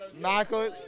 Michael